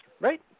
right